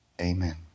amen